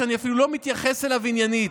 שאני אפילו לא מתייחס אליו עניינית,